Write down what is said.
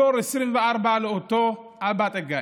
דור 24 לאותו אבא טגיי,